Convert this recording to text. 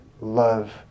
love